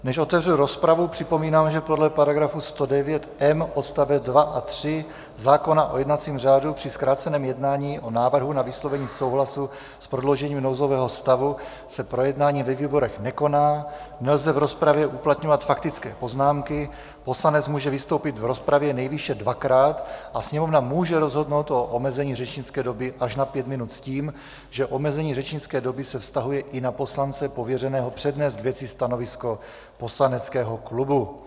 Než otevřu rozpravu, připomínám, že podle § 109m odst. 2 a 3 zákona o jednacím řádu při zkráceném jednání o návrhu na vyslovení souhlasu s prodloužením nouzového stavu se projednání ve výborech nekoná, nelze v rozpravě uplatňovat faktické poznámky, poslanec může vystoupit v rozpravě nejvýše dvakrát a Sněmovna může rozhodnout o omezení řečnické doby až na pět minut s tím, že omezení řečnické doby se vztahuje i na poslance pověřeného přednést k věci stanovisko poslaneckého klubu.